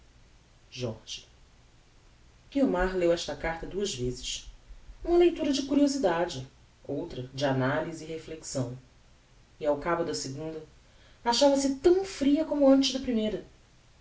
consumir jorge guiomar leu esta carta duas vezes uma leitura de curiosidade outra de analyse e reflexão e ao cabo da segunda achava-se tão fria como antes da primeira